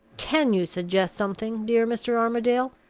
can you suggest something, dear mr. armadale?